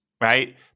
Right